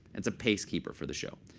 it's a pace keeper for the show.